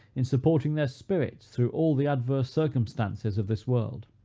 in supporting their spirits through all the adverse circumstances of this world.